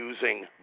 using